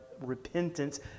repentance